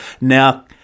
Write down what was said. now